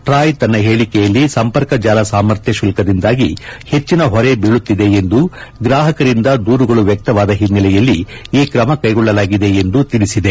TRAI ತನ್ನ ಹೇಳಿಕೆಯಲ್ಲಿ ಸಂಪರ್ಕ ಜಾಲ ಸಾಮರ್ಥ್ಯ ಶುಲ್ನದಿಂದಾಗಿ ಹೆಚ್ಚಿನ ಹೊರೆ ಬೀಳುತ್ತಿದೆ ಎಂದು ಗ್ರಾಹಕರಿಂದ ದೂರುಗಳು ವ್ಯಕ್ತವಾದ ಹಿನ್ನೆಲೆಯಲ್ಲಿ ಈ ಕ್ರಮ ಕೈಗೊಳ್ಳಲಾಗಿದೆ ಎಂದು ತಿಳಿಸಿದೆ